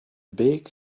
big